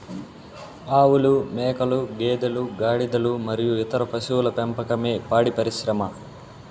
ఆవులు, మేకలు, గేదెలు, గాడిదలు మరియు ఇతర పశువుల పెంపకమే పాడి పరిశ్రమ